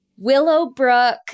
Willowbrook